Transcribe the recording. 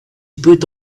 put